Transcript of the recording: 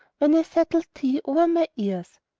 when i settled thee over my ears,